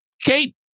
Kate